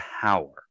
power